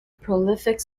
prolific